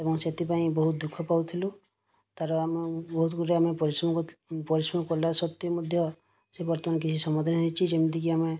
ଏବଂ ସେଥିପାଇଁ ବହୁତ ଦୁଃଖ ପାଉଥିଲୁ ତା'ର ଆମେ ବହୁତଗୁଡ଼ିଏ ଆମେ ପରିଶ୍ରମ ପରିଶ୍ରମ କଲା ସତ୍ତ୍ଵେ ମଧ୍ୟ ସିଏ ବର୍ତ୍ତମାନ କିଛି ସମାଧାନ ହେଇଚି ଯେମିତିକି ଆମେ